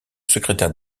secrétaire